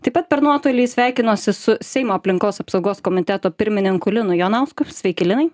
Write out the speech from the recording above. taip pat per nuotolį sveikinuosi su seimo aplinkos apsaugos komiteto pirmininku linu jonausku sveiki linai